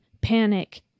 panic